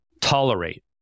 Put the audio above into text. tolerate